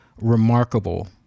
remarkable